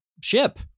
ship